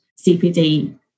cpd